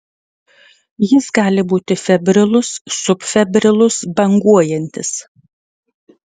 jis gali būti febrilus subfebrilus banguojantis